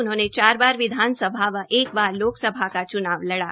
उन्होंने चार बार विधानसभा व एक बार लोकसभा का च्नाव लड़ा